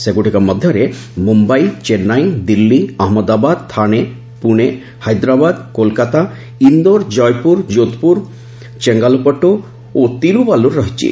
ସେଗୁଡ଼ିକ ମଧ୍ୟରେ ମୁମ୍ଭାଇ ଚେନ୍ନାଇ ଦିଲ୍ଲୀ ଅହମ୍ମଦାବାଦ ଥାଣେ ପୁଣେ ହାଇଦ୍ରାବାଦ କୋଲକାତା ଇନ୍ଦୋର ଜୟପୁର ଯୋଧପୁର ଚେଙ୍ଗାଲପଟ୍ର ଓ ତୀର୍ବାଲ୍ରର ରହିଛି